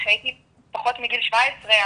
כשהייתי פחות מגיל 17,